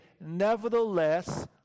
Nevertheless